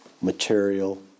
material